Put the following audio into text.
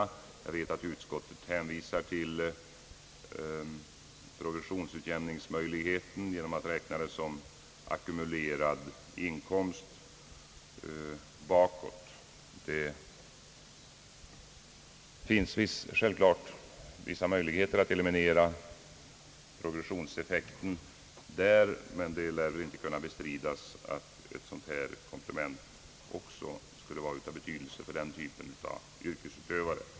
Jag vet att utskottet hänvisar till progressionsutjämningsmöjligheten genom att räkna deras inkomster som ackumulerad inkomst bakåt. Det finns självklart vissa möjligheter att där eliminera progressionseffekten, men det lär inte kunna bestridas att ett sådant här komplement också skulle vara av betydelse för denna kategori av yrkesutövare.